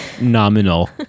nominal